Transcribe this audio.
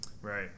Right